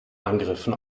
angriffen